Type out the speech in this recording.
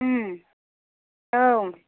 औ